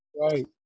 right